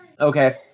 Okay